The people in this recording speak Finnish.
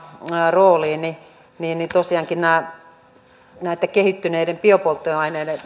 rooliin tosiaankin näitten kehittyneiden biopolttoaineiden